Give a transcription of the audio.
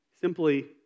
Simply